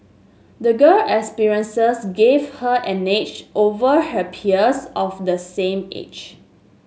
the girl experiences gave her an edge over her peers of the same age